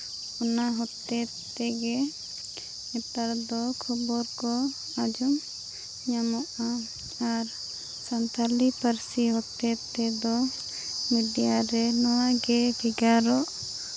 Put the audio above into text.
ᱚᱱᱟ ᱦᱚᱛᱮᱡ ᱛᱮᱜᱮ ᱱᱮᱛᱟᱨ ᱫᱚ ᱠᱷᱚᱵᱚᱨ ᱠᱚ ᱧᱟᱢᱚᱜᱼᱟ ᱟᱨ ᱥᱟᱱᱛᱟᱲᱤ ᱯᱟᱹᱨᱥᱤ ᱦᱚᱛᱮᱡ ᱛᱮᱫᱚ ᱢᱤᱰᱤᱭᱟ ᱜᱮ ᱱᱚᱣᱟᱜᱮ ᱵᱷᱮᱜᱟᱨᱚᱜ